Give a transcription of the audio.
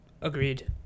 Agreed